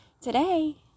today